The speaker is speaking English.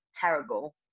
terrible